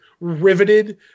riveted